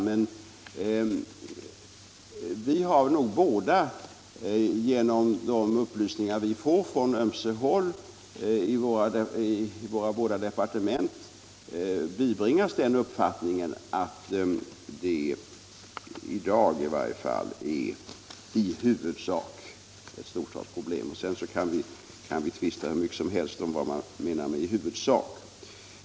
Men vi har nog båda genom de upplysningar vi får på ömse håll i våra departement bibringats uppfattningen att de — i varje fall i dag — i huvudsak är stor stadsproblem. — Sedan kan vi naturligtvis tvista hur mycket som helst om vad som kan menas med uttrycket ”huvudsak”.